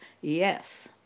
Yes